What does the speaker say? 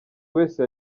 wese